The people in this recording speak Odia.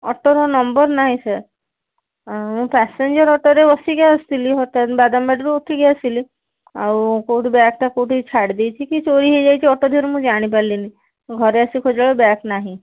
ଅଟୋର ନମ୍ବର ନାହିଁ ସାର୍ ଆ ମୁଁ ପାସେଞ୍ଜର ଅଟୋରେ ବସିକି ଆସୁଥିଲି ହଠାତ୍ ବାଦାମବାଡ଼ିରୁ ଉଠିକି ଆସିଲି ଆଉ କେଉଁଠୁ ବ୍ୟାଗ୍ଟା କେଉଁଠି ଛାଡ଼ିଦେଇଛି କି ଚୋରି ହେଇଯାଇଛି ଅଟୋ ଦେହରୁ ମୁଁ ଜାଣିପାରିଲିନି ମୁଁ ଘରେ ଆସିକି ଖୋଜିଲା ବେଳକୁ ବ୍ୟାଗ୍ ନାହିଁ